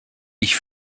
ich